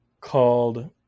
called